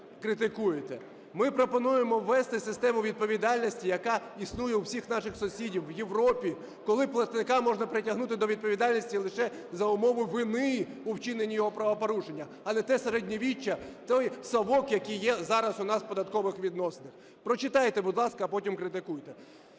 Ми пропонуємо ввести систему відповідальності, яка існує у всіх наших сусідів, в Європі, коли платника можна притягнути до відповідальності лише за умови вини у вчиненні його правопорушення. А не те середньовіччя, той совок, який є зараз у нас в податкових відносинах. Прочитайте, будь ласка, а потім критикуйте.